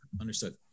Understood